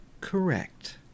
correct